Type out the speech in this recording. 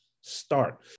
start